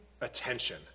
attention